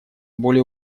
более